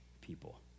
people